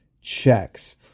checks